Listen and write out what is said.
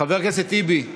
אנדרי קוז'ינוב ועידן רול,